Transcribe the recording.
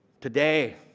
Today